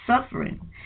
suffering